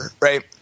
right